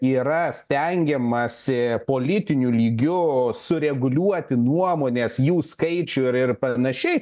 yra stengiamasi politiniu lygiu sureguliuoti nuomones jų skaičių ir ir panašiai